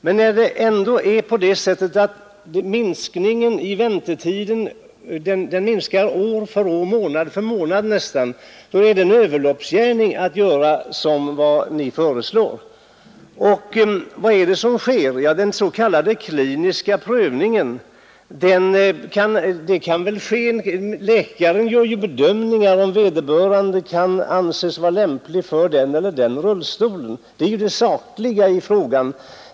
Men när det ändå är på det sättet att väntetiden minskar år för år — ja, nästan månad för månad — så är det en överloppsgärning att göra som ni föreslår. Vad är det som sker? Jo, det är ju läkaren som bedömer om den eller den rullstolen kan anses vara lämplig för vederbörande. Detta är det sakliga.